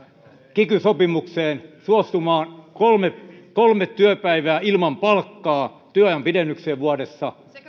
kiky sopimukseen suostumaan kolme kolme työpäivää ilman palkkaa työajan pidennyksiä vuodessa